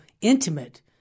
intimate